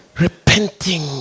repenting